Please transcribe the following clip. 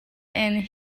and